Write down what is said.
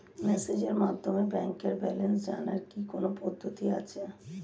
মেসেজের মাধ্যমে ব্যাংকের ব্যালেন্স জানার কি কোন পদ্ধতি আছে?